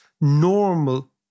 normal